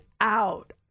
out